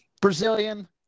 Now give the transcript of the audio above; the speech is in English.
Brazilian